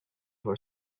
for